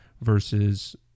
versus